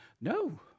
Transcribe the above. No